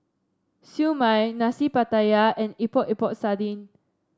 Siew Mai Nasi Pattaya and Epok Epok Sardin